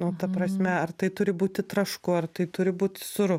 nu ta prasme ar tai turi būti trašku ar tai turi būti sūru